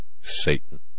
Satan